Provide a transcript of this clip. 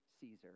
Caesar